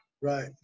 Right